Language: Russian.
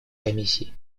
комиссией